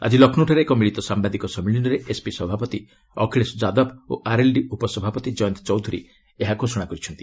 ଆଜି ଲକ୍ଷ୍ନୌଠାରେ ଏକ ମିଳିତ ସାମ୍ବାଦିକ ସମ୍ମିଳନୀରେ ଏସ୍ପି ସଭାପତି ଅଖିଳେଶ ଯାଦବ ଓ ଆର୍ଏଲ୍ଡି ଉପସଭାପତି କୟନ୍ତ ଚୌଧୁରୀ ଏହା ଘୋଷଣା କରିଛନ୍ତି